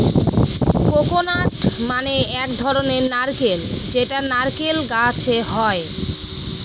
coconut মানে এক ধরনের নারকেল যেটা নারকেল গাছে হয়